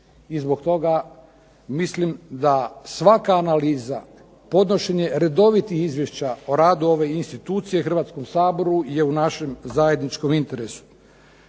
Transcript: i zbog toga mislim da svaka analiza, podnošenje redovitih izvješća o radu ove institucije Hrvatskom saboru je u našem zajedničkom interesu.